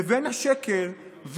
לבין השקר,